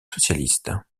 socialiste